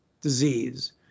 disease